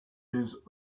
his